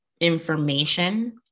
information